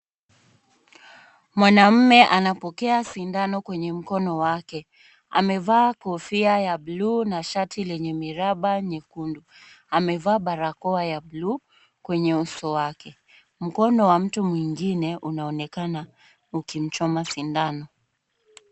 Mwanamme anapokea sindano kwenye mkono wake. Amevaa kofia ya bluu na shati lenye miraba nyekundu. Amevaa barakoa ya bluu kwenye uso wake. Mkono wa mtu mwingine unaonekana ukimchoma sindano.